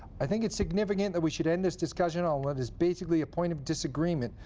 i think it's significant that we should end this discussion on what is basically a point of disagreement,